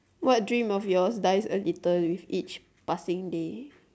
what dream of yours dies a little with each passing day